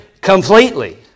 completely